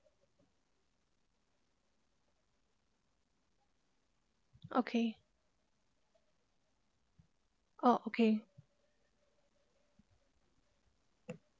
okay okay oh okay